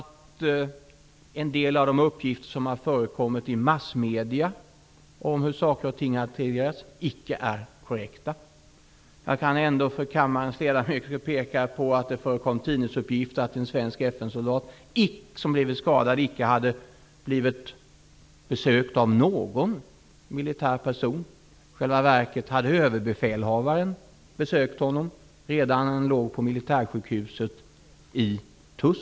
En del av de uppgifter som har förekommit i massmedierna om hur saker och ting har hanterats är icke korrekta. Jag kan för kammarens ledamöter påpeka att det förekom tidningsuppgifter om att en svensk FN-soldat som hade blivit skadad icke hade fått besök av någon militär person. I själva verket hade överbefälhavaren besökt honom redan när han låg på militärsjukhuset i Tuzla.